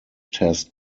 test